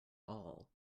all